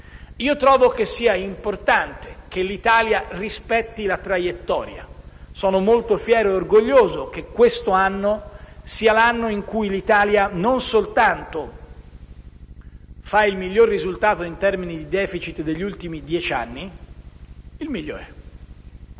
Io trovo che sia importante che l'Italia rispetti la traiettoria. Sono molto fiero e orgoglioso che questo sia l'anno in cui l'Italia non soltanto raggiunge il migliore risultato in termini di *deficit* degli ultimi dieci anni - il migliore